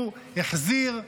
הוא החזיר,